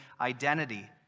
identity